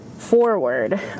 forward